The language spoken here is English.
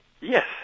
Yes